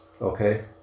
Okay